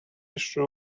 issue